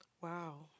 Wow